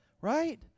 right